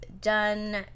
done